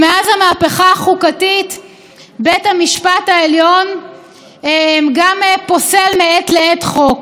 החוקתית בית המשפט העליון גם פוסל מעת לעת חוק,